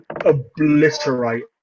obliterate